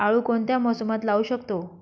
आळू कोणत्या मोसमात लावू शकतो?